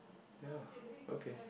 ya okay